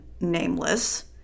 nameless